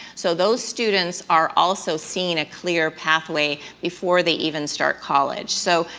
so those students are also seeing a clear pathway before they even start college. so,